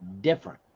different